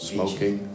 Smoking